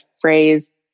phrase